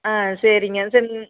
ஆ சரிங்க சரி